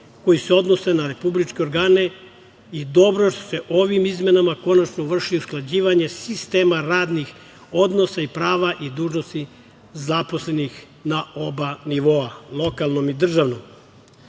koji se odnose na republičke organe i dobro je što se ovim izmenama konačno vrši usklađivanje sistema radnih odnosa i prava i dužnosti zaposlenih na oba nivoa, lokalnom i državnom.U